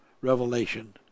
revelation